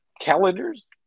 calendars